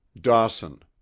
Dawson